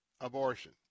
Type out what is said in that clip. abortion